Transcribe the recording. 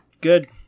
good